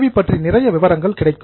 we பற்றி நிறைய விவரங்கள் கிடைக்கும்